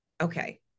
okay